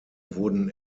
wurden